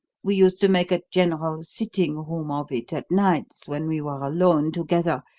we used to make a general sitting-room of it at nights when we were alone together,